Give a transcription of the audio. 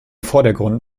vordergrund